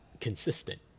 consistent